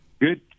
Good